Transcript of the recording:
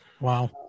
Wow